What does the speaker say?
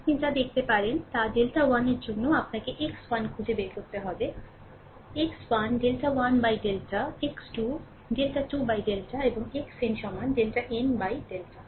আপনি যা দেখতে পারেন তা ডেল্টা 1 এর জন্য আপনাকে x1 খুঁজে বের করতে হবে x 1 সমান ডেল্টা 1 ডেল্টা x 2 সমান ডেল্টা 2 ডেল্টা এবং xn সমান ডেল্টা n ডেল্টা